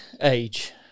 age